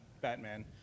Batman